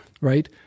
Right